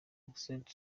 oxlade